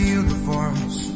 uniforms